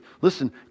Listen